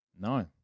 No